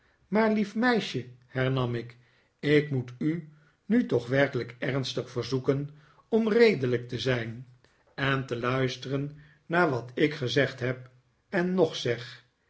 maar lief meisje hernam ik ik moet u nu toch werkelijk ernstig verzoeken om redelijk te zijn en te luisteren naar wat ik gezegd heb en nog zeg